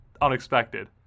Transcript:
unexpected